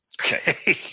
Okay